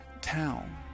town